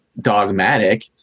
dogmatic